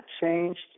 changed